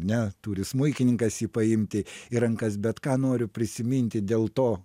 ne turi smuikininkas jį paimti į rankas bet ką noriu prisiminti dėl to